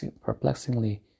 perplexingly